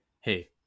Hey